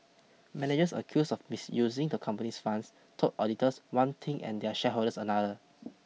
managers accused of misusing the company's funds told auditors one thing and their shareholders another